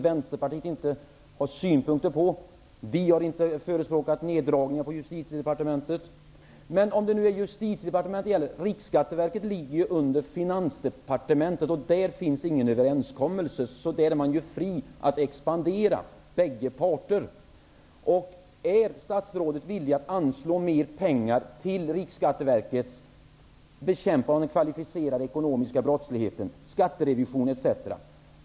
Vi har inte förespråkat neddragningar på justitiedepartementet. Men om det nu är justitiedepartementet det gäller -- Riksskatteverket ligger under Finansdepartementet, och där finns ingen överenskommelse, så där är bägge parter fria att expandera. Är statsrådet villig att anslå mer pengar till Riksskatteverkets bekämpande av den kvalificerade ekonomiska brottsligheten, till skatterevision etc.?